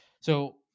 So-